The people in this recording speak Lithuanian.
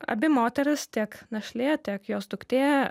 abi moterys tiek našlė tiek jos duktė